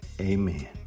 Amen